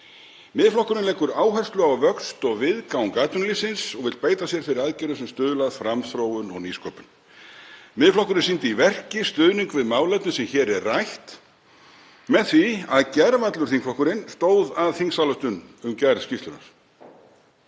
Miðflokkurinn leggur áherslu á vöxt og viðgang atvinnulífsins og vill beita sér fyrir aðgerðum sem stuðla að framþróun og nýsköpun. Miðflokkurinn sýndi í verki stuðning við málefnið sem hér er rætt með því að gervallur þingflokkurinn stóð að þingsályktun um gerð skýrslunnar.